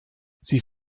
sie